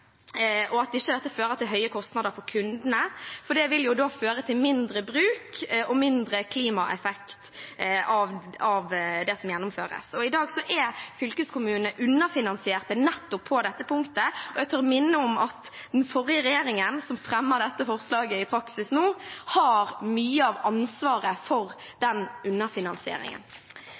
at dette ikke fører til høye kostnader for kundene, for det vil føre til mindre bruk og mindre klimaeffekt av det som gjennomføres. I dag er fylkeskommunene underfinansiert nettopp på dette punktet, og jeg tør minne om at den forrige regjeringen, som i praksis fremmer dette forslaget nå, har mye av ansvaret for den underfinansieringen.